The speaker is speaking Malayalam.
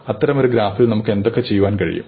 അത്തരമൊരു ഗ്രാഫിൽ നമുക്ക് എന്തൊക്കെ ചെയ്യാൻ കഴിയും